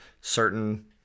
certain